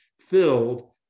filled